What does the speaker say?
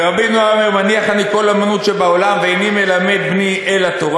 המלאה, המלאה, תשמע, "פני יהושע".